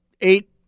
eight